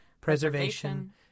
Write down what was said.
preservation